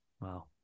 Wow